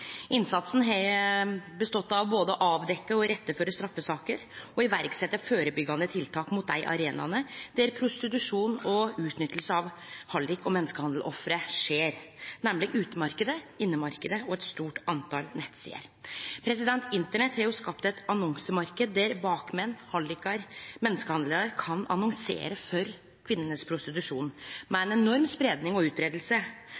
Innsatsen har bestått i både å avdekkje og iretteføre straffesaker og å setje i verk førebyggjande tiltak mot dei arenaene der prostitusjon og utnytting av hallik- og menneskehandeloffer skjer, nemlig i utemarknaden, innemarknaden og på svært mange nettsider. Internett har jo skapt ein annonsemarknad der bakmenn, hallikar og menneskehandlarar kan annonsere for prostitusjon av kvinner, med